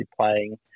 playing